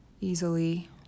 easily